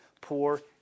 poor